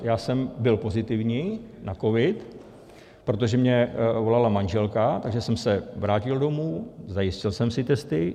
Já jsem byl pozitivní na covid, protože mně volala manželka, takže jsem se vrátil domů, zajistil jsem si testy.